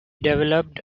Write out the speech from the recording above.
developed